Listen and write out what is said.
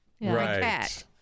Right